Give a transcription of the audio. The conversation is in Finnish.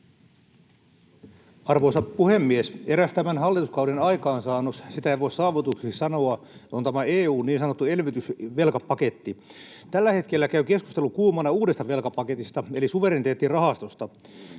Arvoisa puhemies! Eräs tämän hallituskauden aikaansaannos — sitä ei voi saavutukseksi sanoa — on tämä EU:n niin sanottu elvytysvelkapaketti. Tällä hetkellä käy keskustelu kuumana uudesta velkapaketista eli suvereniteettirahastosta.